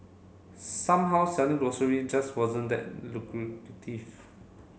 somehow selling grocery just wasn't that